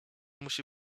musi